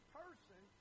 person